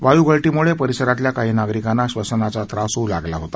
वायू गळतीमुळे परिसरातल्या काही नागरिकांना श्वसनाचा त्रास होवू लागला होता